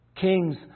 Kings